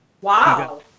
Wow